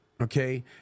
okay